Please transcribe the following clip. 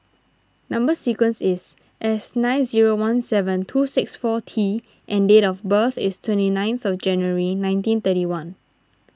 Number Sequence is S nine zero one seven two six four T and date of birth is twenty ninth January nineteen thirty one